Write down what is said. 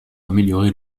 améliorer